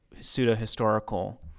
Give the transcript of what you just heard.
pseudo-historical